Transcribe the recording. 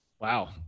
Wow